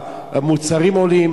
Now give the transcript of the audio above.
המוצרים עולים,